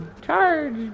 Charge